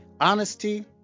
Honesty